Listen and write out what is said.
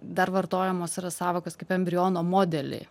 dar vartojamos yra sąvokas kaip embriono modeliai